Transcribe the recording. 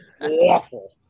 awful